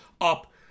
up